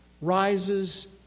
rises